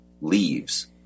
leaves